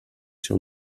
sur